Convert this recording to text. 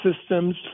systems